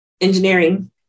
engineering